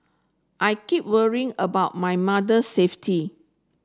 I keep worrying about my mother safety